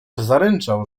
zaręczał